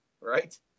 right